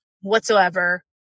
whatsoever